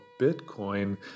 Bitcoin